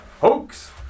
hoax